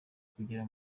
kugera